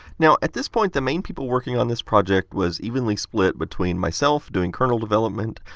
now, at this point the main people working on this project was evenly split between myself doing kernel development,